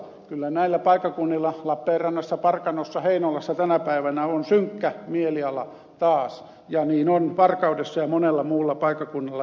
kyllä näillä paikkakunnilla lappeenrannassa parkanossa ja heinolassa tänä päivänä on synkkä mieliala taas ja niin on varkaudessa ja monella muulla paikkakunnalla